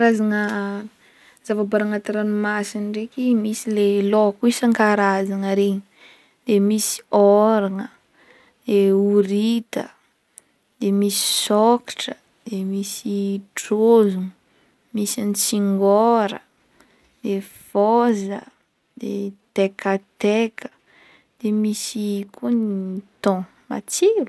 Karazagna zavaboary agnaty ranomasina ndraiky misy le laoko isan-karazagna regny de misy ôragna, e horita, de misy sokatra, de misy trozogno misy antsingora, de fôza, de tekateka, de misy koa ny thon matsiro!